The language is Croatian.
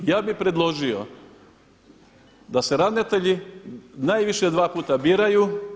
Ja bi predložio da se ravnatelji najviše dva puta biraju.